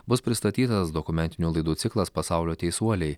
bus pristatytas dokumentinių laidų ciklas pasaulio teisuoliai